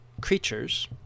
creatures